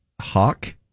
Hawk